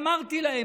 אמרתי להם,